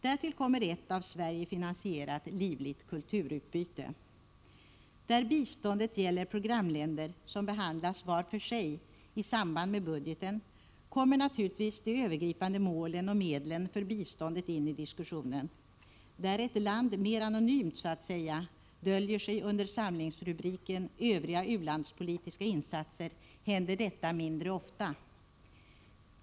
Därtill kommer ett av Sverige finansierat livligt kulturutbyte. Där biståndet gäller programländer som behandlas vart för sig i samband med budgeten, kommer naturligtvis de övergripande målen och medlen för biståndet in i diskussionen. Där ett land mer anonymt, så att säga, döljer sig under samlingsrubriken ”Övriga u-landspolitiska insatser” händer detta mindre ofta.